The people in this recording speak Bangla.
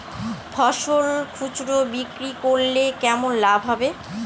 ফসল খুচরো বিক্রি করলে কেমন লাভ হবে?